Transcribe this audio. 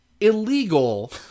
illegal